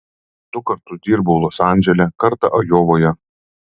du kartus dirbau los andžele kartą ajovoje